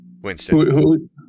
Winston